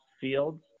fields